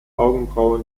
augenbraue